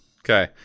Okay